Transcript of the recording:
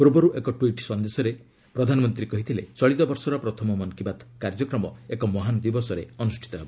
ପୂର୍ବରୁ ଏକ ଟ୍ୱିଟ୍ ସନ୍ଦେଶରେ ପ୍ରଧାନମନ୍ତ୍ରୀ କହିଥିଲେ ଚଳିତ ବର୍ଷର ପ୍ରଥମ ମନ୍ କୀ ବାତ୍ କାର୍ଯ୍ୟକ୍ରମ ଏକ ମହାନ୍ ଦିବସରେ ଅନୁଷ୍ଠିତ ହେବ